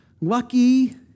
Lucky